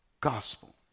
gospel